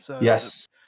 Yes